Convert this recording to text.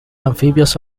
anfibios